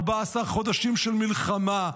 14 חודשים של מלחמה.